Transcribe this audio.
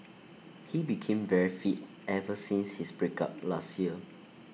he became very fit ever since his break up last year